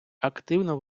активно